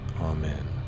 Amen